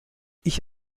ich